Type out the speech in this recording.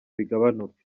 bigabanuke